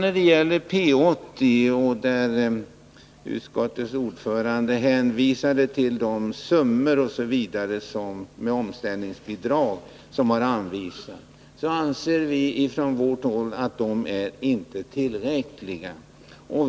När det gäller P 80 — utskottets ordförande hänvisade bl.a. till de belopp som anvisats för omställningsbidrag — anser vi socialdemokrater inte åtgärderna vara tillräckliga.